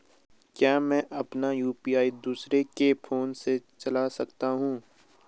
क्या मैं अपना यु.पी.आई दूसरे के फोन से चला सकता हूँ?